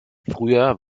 früher